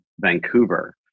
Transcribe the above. Vancouver